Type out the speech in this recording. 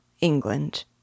England